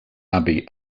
abbey